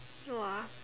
!wah!